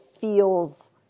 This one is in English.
feels